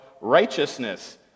righteousness